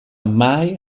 mai